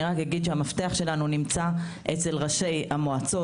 אני רק אגיד שהמפתח שלנו נמצא אצל ראשי המועצות.